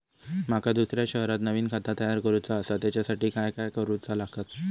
माका दुसऱ्या शहरात नवीन खाता तयार करूचा असा त्याच्यासाठी काय काय करू चा लागात?